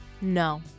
No